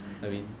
I mean